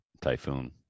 Typhoon